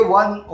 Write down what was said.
one